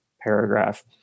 paragraph